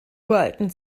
uralten